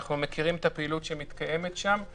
שזאת הפעילות המזיקה ביותר לבריאות של המעשן ושל הזולת?